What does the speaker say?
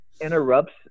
interrupts